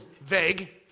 vague